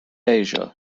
asia